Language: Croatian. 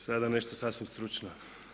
Sada nešto sasvim stručno.